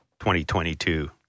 2022